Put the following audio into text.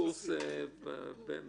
משלם לפי הוראה לתשלום בשיעורים,